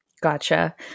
Gotcha